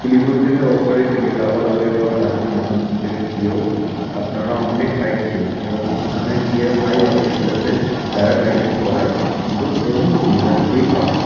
শিলিগুড়ি থেকে ওপরে গিয়ে লাভা লোলেগাঁও লাচুং ওখান থেকে গিয়েও আপনারা অনেক সাইট সিন এবং ওখানে গিয়ে হাই অল্ট্রিটিউডেতে প্যারাগ্লাইডিং করার সুযোগ এবং সুবিধা দুটোই পাবেন